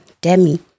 Demi